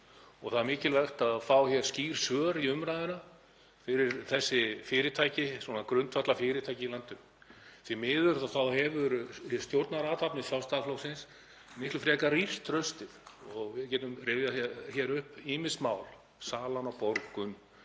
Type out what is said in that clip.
Það er mikilvægt að fá hér skýr svör í umræðunni fyrir þessi fyrirtæki, svona grundvallarfyrirtæki í landinu. Því miður hafa stjórnarathafnir Sjálfstæðisflokksins miklu frekar rýrt traustið. Við getum rifjað hér upp ýmis mál: Salan á Borgun.,